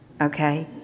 Okay